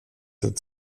that